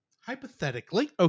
hypothetically